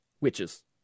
Witches